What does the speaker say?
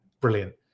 brilliant